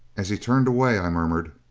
as he turned away, i murmured,